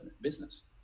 business